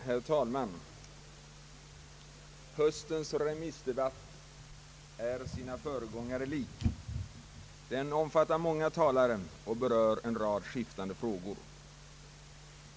Herr talman! Höstens remissdebatt är sina föregångare lik. Den omfattar många talare och berör en rad skiftande frågor.